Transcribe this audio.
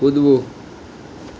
કૂદવું